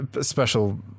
special